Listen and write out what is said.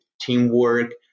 teamwork